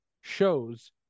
shows